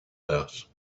house